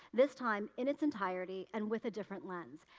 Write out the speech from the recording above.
this time in its entirety and with a different lens.